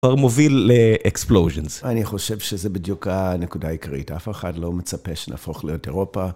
כבר מוביל ל-Explosions. אני חושב שזה בדיוק הנקודה העיקרית, אף אחד לא מצפה שנהפוך להיות אירופה,